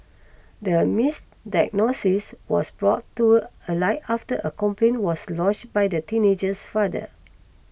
the misdiagnosis was brought to a light after a complaint was lodged by the teenager's father